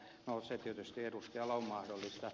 no se tietysti edustajalla on mahdollista